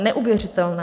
Neuvěřitelné!